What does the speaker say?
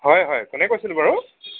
হয় হয় কোনে কৈছিল বাৰু